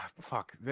fuck